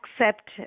accept